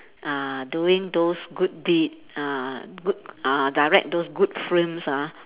uh doing those good deed uh good uh direct those good films ah